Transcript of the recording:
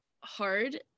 hard